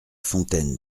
fontaine